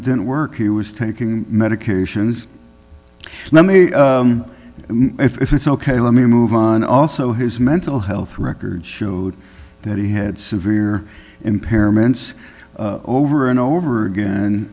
it didn't work he was taking medications let me if it's ok let me move on also his mental health records showed that he had severe impairments over and over again